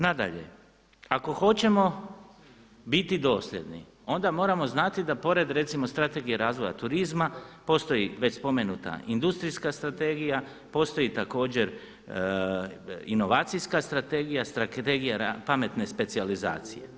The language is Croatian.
Nadalje, ako hoćemo biti dosljedni onda moramo znati da pored recimo Strategije razvoja turizma postoji već spomenuta Industrijska strategija, postoji također Inovacijska strategija, Strategija pametne specijalizacije.